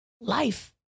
Life